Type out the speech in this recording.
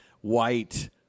white